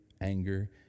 anger